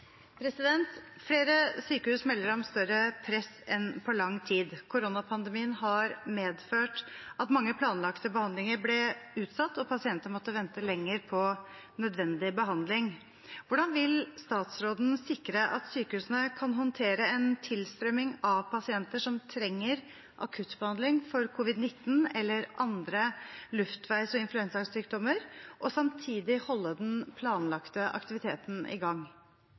sykehus melder om større press enn på lang tid. Koronapandemien har medført at mange planlagte behandlinger ble utsatt og pasienter måtte vente lenger på nødvendig behandling. Hvordan vil statsråden sikre at sykehusene kan håndtere en tilstrømming av pasienter som trenger akuttbehandling for covid-19 eller andre luftveis- og influensasykdommer, og samtidig holde den planlagte aktiviteten i gang?»